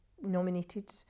nominated